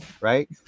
right